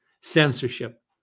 Censorship